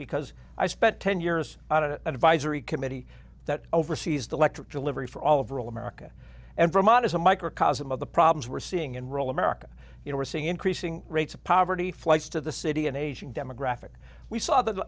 because i spent ten years on a visor committee that oversees the electric delivery for all of real america and vermont is a microcosm of the problems we're seeing in rural america you know we're seeing increasing rates of poverty flights to the city an aging demographic we saw the